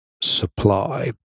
supply